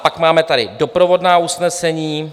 Pak máte tady doprovodná usnesení.